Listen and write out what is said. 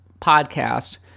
podcast